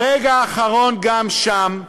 ברגע האחרון, גם שם,